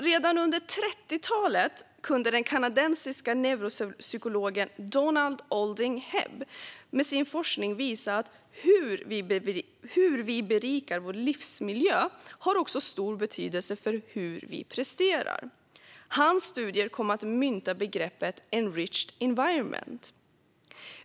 Redan under 30-talet kunde den kanadensiske neuropsykologen Donald Olding Hebb med sin forskning visa att hur vi berikar vår livsmiljö också har stor betydelse för hur vi presterar. Hans studier kom att mynta begreppet "enriched environment".